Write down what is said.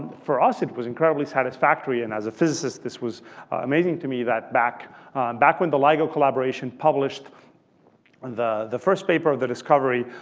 for us, it was incredibly satisfactory and as a physicist this was amazing to me that back back when the ligo collaboration published the the first paper of the discovery,